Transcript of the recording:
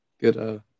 Good